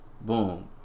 Boom